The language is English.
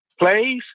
plays